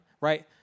right